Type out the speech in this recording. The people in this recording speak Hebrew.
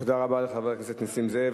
תודה רבה לחבר הכנסת נסים זאב.